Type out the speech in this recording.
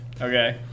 Okay